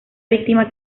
víctima